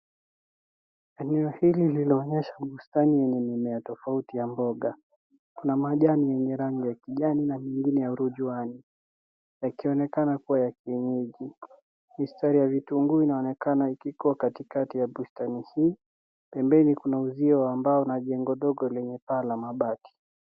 Eneo hili linaonyesha bustani yenye mimea tofauti ya mboga, kuna majani yenye rangi ya kijani na nyingine ya urujuani yakinekana kua ya kienyeji. Mistari ya vitunguu inaonekana ikiwa katikati ya bustani hii. Pembeni kuna uzio wa mbao na jengo dogo lenye paa la mabati.